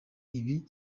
ibi